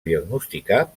diagnosticar